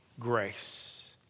Grace